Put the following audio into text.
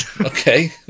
Okay